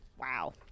wow